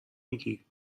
میگی